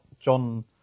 John